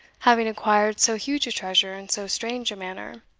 having acquired so huge a treasure in so strange a manner,